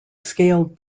scaled